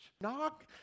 knock